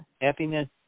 Happiness